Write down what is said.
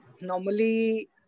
normally